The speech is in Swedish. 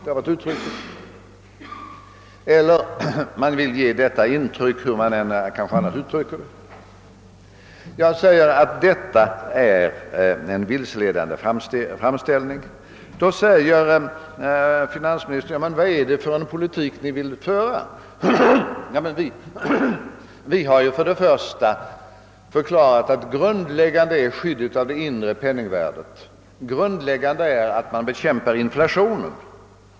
Man har ofta sagt det på detta sätt eller har på annat vis velat ge samma intryck. När jag menar att detta är en vilseledande framställning frågar finansministern vad det är för politik vi vill föra. Vi har först och främst förklarat att det grundläggande är skyddet för det inre penningvärdet, d.v.s. att bekämpa inflationen.